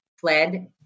fled